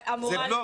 זה בלוף.